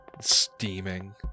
steaming